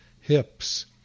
hips